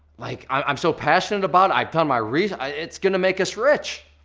like i'm i'm so passionate about, i've done my research, it's gonna make us rich.